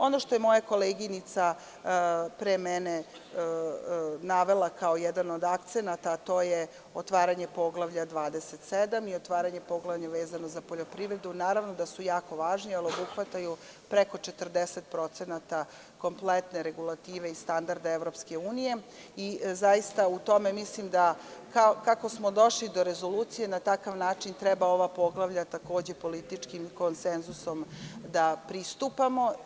Ono što je moja koleginica pre mene navela kao jedan od akcenata, a to je otvaranje poglavlja 27. i otvaranje poglavlja vezanog za poljoprivredu, naravno da su jako važni, jer buhvataju preko 40% kompletne regulative i standarde EU i zaista u tome mislim da kako smo došli do rezolucije, na takav način treba ova poglavlja takođe političkim konsenzusom da pristupamo.